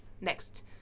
next